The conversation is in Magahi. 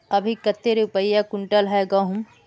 अभी कते रुपया कुंटल है गहुम?